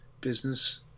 business